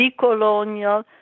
decolonial